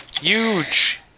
Huge